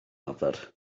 arfer